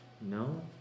no